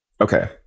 okay